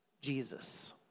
Jesus